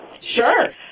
sure